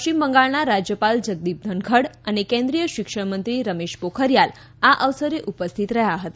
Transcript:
પશ્ચિમ બંગાળના રાજ્યપાલ જગદિપ ધનખડ અને કેન્દ્રિય શિક્ષણમંત્રી રમેશ પોખરિયાલ આ અવસરે ઉપસ્થિત રહ્યા હતા